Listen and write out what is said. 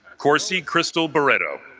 corsi crystal barreto,